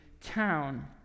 town